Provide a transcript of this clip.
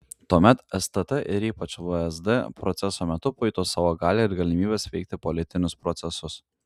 tuomet stt ir ypač vsd proceso metu pajuto savo galią ir galimybes veikti politinius procesus